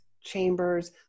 chambers